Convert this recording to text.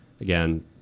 Again